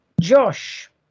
Josh